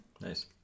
Nice